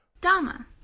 Dama